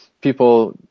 people